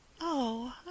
Oh